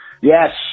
yes